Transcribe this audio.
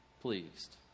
pleased